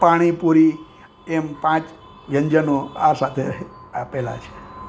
પાણીપુરી એમ પાંચ વ્યંજનો આ સાથે આપેલા છે